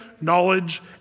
knowledge